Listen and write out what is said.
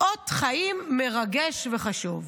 "אות חיים מרגש וחשוב".